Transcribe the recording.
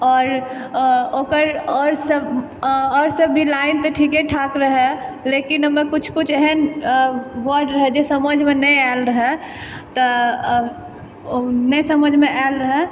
आओर ओकर आओर सब आओर सब भी लाइन तऽ ठीके ठाक रहय लेकिन ओहिमे किछु किछु एहन वर्ड रहय जे समझमे नहि आयल रहय तऽ नहि समझमे आएल रहय